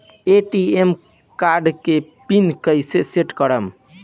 ATM card के PIN कैसे set करम?